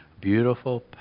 Beautiful